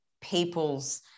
people's